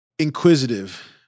inquisitive